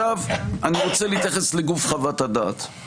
אני רוצה להתייחס לגוף חוות-הדעת.